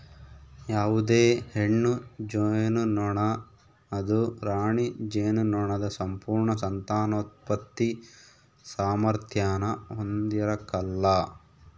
ಯಾವುದೇ ಹೆಣ್ಣು ಜೇನುನೊಣ ಅದು ರಾಣಿ ಜೇನುನೊಣದ ಸಂಪೂರ್ಣ ಸಂತಾನೋತ್ಪತ್ತಿ ಸಾಮಾರ್ಥ್ಯಾನ ಹೊಂದಿರಕಲ್ಲ